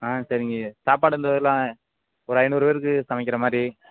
ஆ சரிங்க சாப்பாடு இந்த இதெல்லாம் ஒரு ஐநூறுப் பேருக்கு சமைக்கின்ற மாதிரி